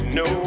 no